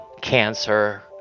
cancer